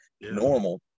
normal